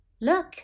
Look